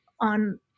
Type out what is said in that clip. on